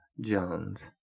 Jones